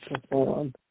perform